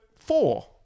Four